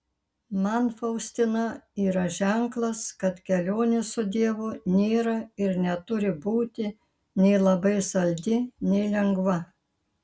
man faustina yra ženklas kad kelionė su dievu nėra ir neturi būti nei labai saldi nei lengva